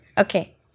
Okay